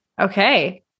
Okay